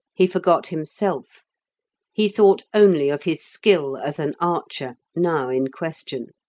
he forgot himself he thought only of his skill as an archer, now in question.